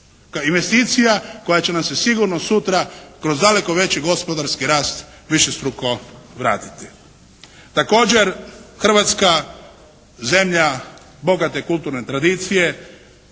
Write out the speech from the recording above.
Investicija koja će nam se sigurno sutra kroz daleko veći gospodarski rast višestruko vratiti. Također Hrvatska zemlja bogate kulturne tradicije